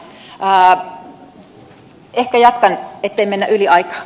ehkä jatkan ettei mennä yli aina